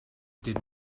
did